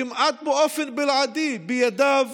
כמעט באופן בלעדי, בידיו